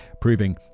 proving